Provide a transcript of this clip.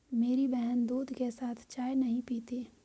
मेरी बहन दूध के साथ चाय नहीं पीती